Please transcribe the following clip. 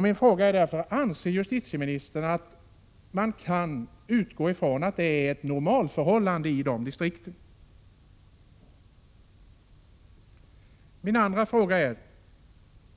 Min första fråga är: Anser justitieministern att man kan utgå från att det råder ett normalförhållande i dessa distrikt? 55 Min andra fråga är: